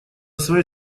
своей